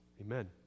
Amen